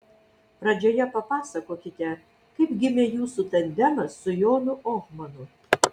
pradžioje papasakokite kaip gimė jūsų tandemas su jonu ohmanu